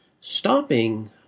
Stopping